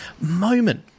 moment